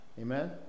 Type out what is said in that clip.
Amen